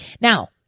now